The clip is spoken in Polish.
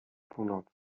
północy